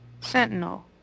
Sentinel